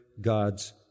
God's